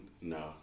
No